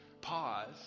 pause